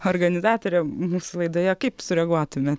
organizatorė mūsų laidoje kaip sureaguotumė